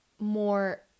more